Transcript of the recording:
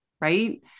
right